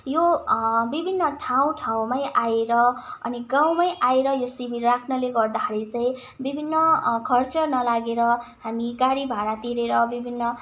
यो विभिन्न ठाउँ ठाउँमै आएर अनि गाउँमै आएर यो शिविर राख्नले गर्दाखेरि चाहिँ विभिन्न खर्च नलागेर हामी गाडी भाडा तिरेर विभिन्न